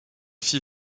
fit